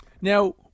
Now